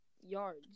yards